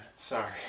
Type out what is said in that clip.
Sorry